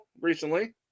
recently